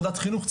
כוועדת חינוך,